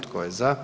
Tko je za?